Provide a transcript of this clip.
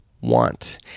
Want